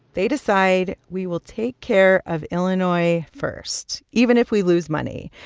they decide, we will take care of illinois first, even if we lose money.